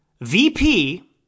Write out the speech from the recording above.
VP